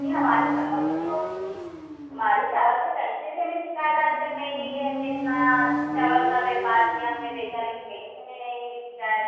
लेकिन हमारे चावल से तो हमारे चावल से कहीं से भी हमें शिकायत आज तक नहीं मिली हम ने इतना चावल का व्यापार किया हम ने बेचा लेकिन कहीं से हमें नहीं मिली शिकायत